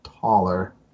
taller